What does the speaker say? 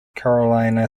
carolina